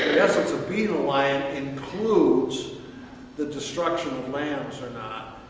the essence of being a lion includes the destruction of lambs or not.